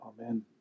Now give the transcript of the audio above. Amen